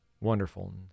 wonderful